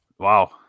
Wow